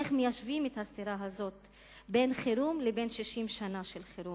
איך מיישבים את הסתירה הזאת בין חירום לבין 60 שנה של חירום?